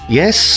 Yes